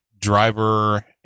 driver